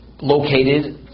located